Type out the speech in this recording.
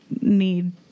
need